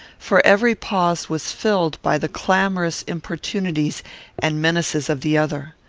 for every pause was filled by the clamorous importunities and menaces of the other.